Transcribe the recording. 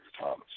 Thomas